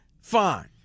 fine